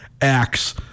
acts